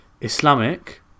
islamic